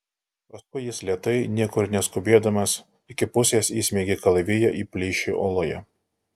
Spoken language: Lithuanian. paskui jis lėtai niekur neskubėdamas iki pusės įsmeigė kalaviją į plyšį uoloje